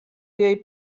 jej